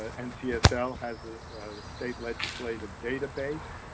and so ah so has a state legislative database,